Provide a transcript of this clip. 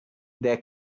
their